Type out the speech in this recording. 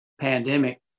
pandemic